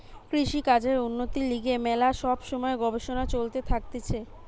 কৃষিকাজের উন্নতির লিগে ম্যালা সব সময় গবেষণা চলতে থাকতিছে